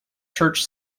church